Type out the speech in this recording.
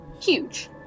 huge